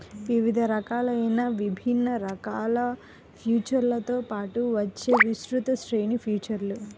వివిధ రకాలైన విభిన్న రకాల ఫీచర్లతో పాటు వచ్చే విస్తృత శ్రేణి ఫీచర్లు